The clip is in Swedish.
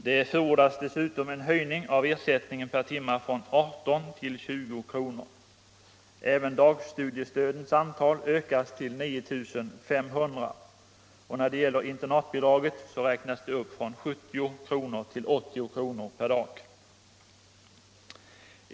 Det förordas dessutom en höjning av ersättningen per timme från 18 till 20 kr. Även dagstudiestödens antal ökas till 9 500. Internatbidraget räknas upp från 70 till 80 kr. per dag.